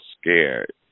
scared